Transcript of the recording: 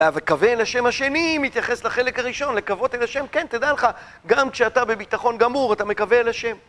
אה, וקווה אל השם השני, מתייחס לחלק הראשון, לקוות אל השם, כן, תדע לך, גם כשאתה בביטחון גמור, אתה מקווה אל השם.